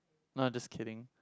no I'm just kidding